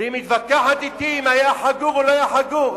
והיא מתווכחת אתי אם היה חגור או לא היה חגור.